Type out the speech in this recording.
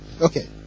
Okay